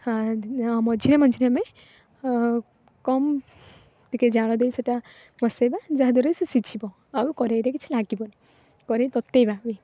ମଝିରେ ମଝିରେ ଆମେ କମ୍ ଟିକେ ଜାଳ ଦେଇ ସେଟା ବସେଇବା ଯାହାଦ୍ଵାରାକି ସେ ସିଝିବ ଆଉ କରେଇରେ କିଛି ଲାଗିବନି କରେଇ ତତେଇବା